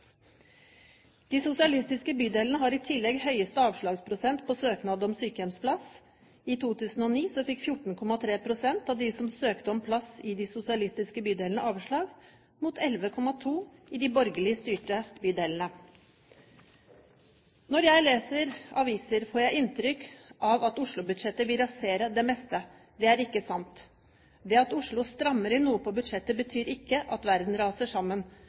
De sosialistiske bydelene har i tillegg høyeste avslagsprosent på søknad om sykehjemsplass. I 2009 fikk 14,3 pst. av de som søkte om plass i de sosialistiske bydelene, avslag, mot 11,2 pst. i de borgerlig styrte bydelene. Når jeg leser aviser, får jeg inntrykk av at Oslo-budsjettet vil rasere det meste. Det er ikke sant. Det at Oslo strammer inn noe på budsjettet, betyr ikke at verden raser sammen.